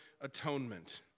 atonement